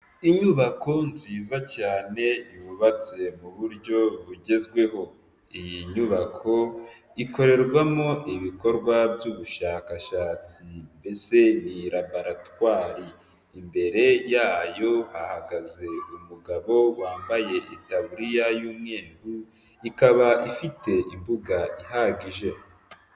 Inyubako nziza cyane yubatse mu buryo bugezweho. Iyi nyubako ikorerwamo ibikorwa by'ubushakashatsi. Mbese ni laboratwari. Imbere yayo hahagaze umugabo wambaye itaburiya y'umweru, ikaba ifite imbuga ihagije.